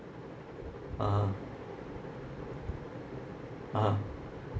ah a'ah